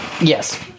Yes